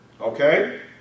Okay